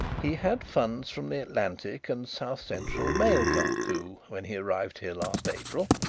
he had funds from the atlantic and south-central mail-car coup when he arrived here last april.